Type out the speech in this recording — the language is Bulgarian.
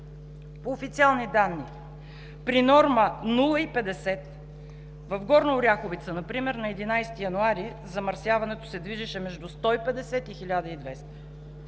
По официални данни при норма 0,50 в Горна Оряховица например на 11 януари замърсяването се движеше между 150 и 120.